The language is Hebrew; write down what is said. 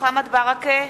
מוחמד ברכה,